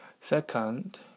Second